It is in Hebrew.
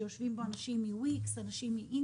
שיושבים בו אנשים מ-WIX ומאינטל.